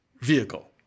vehicle